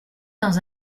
dans